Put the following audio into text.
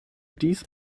dies